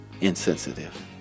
insensitive